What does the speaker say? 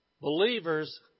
Believers